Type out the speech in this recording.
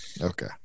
Okay